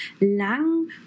Lang